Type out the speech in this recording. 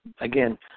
again